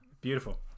Beautiful